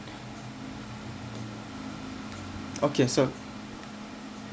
okay so